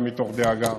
גם מתוך דאגה,